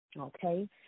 Okay